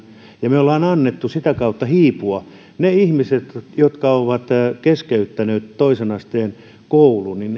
ja me olemme antaneet sen sitä kautta hiipua ja ne ihmiset jotka ovat keskeyttäneet toisen asteen koulun